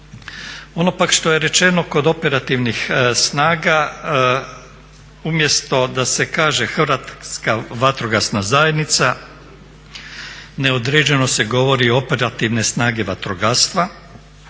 Ono pak što je rečeno kod operativnih snaga umjesto da se kaže Hrvatska vatrogasna zajednica neodređeno se govori operativne snage vatrogastva